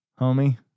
homie